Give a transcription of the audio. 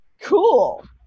cool